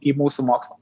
į mūsų mokslą